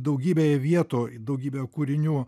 daugybėje vietų į daugybę kūrinių